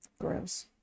Gross